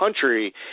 country